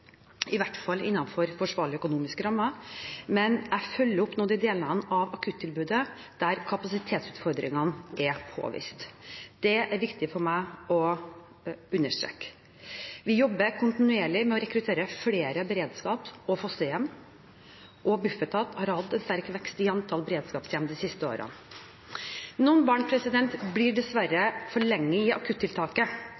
i hvert fall innenfor forsvarlige økonomiske rammer. Men jeg følger nå opp de delene av akuttilbudet der kapasitetsutfordringene er påvist. Det er det viktig for meg å understreke. Vi jobber kontinuerlig med å rekruttere flere beredskaps- og fosterhjem, og Bufetat har hatt en sterk vekst i antall beredskapshjem de siste årene. Noen barn blir dessverre